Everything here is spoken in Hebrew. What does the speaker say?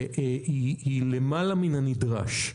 הן למעלה מן הנדרש,